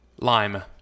Lime